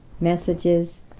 messages